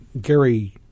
Gary